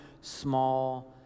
small